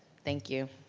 thank you.